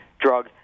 drug